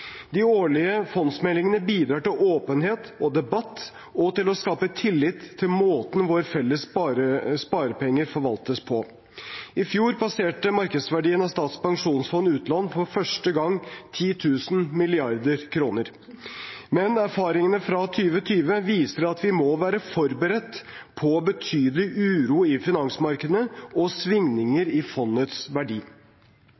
De årlige fondsmeldingene bidrar til åpenhet og debatt og til å skape tillit til måten våre felles sparepenger forvaltes på. I fjor passerte markedsverdien av Statens pensjonsfond utland for første gang 10 000 mrd. kr. Men erfaringene fra 2020 viser at vi må være forberedt på betydelig uro i finansmarkedene og svingninger